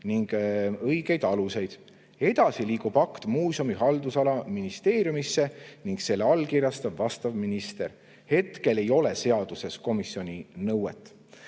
ning õigeid aluseid. Edasi liigub akt muuseumi haldusala ministeeriumisse ning selle allkirjastab vastav minister. Hetkel ei ole seaduses komisjoni nõuet.